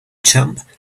jump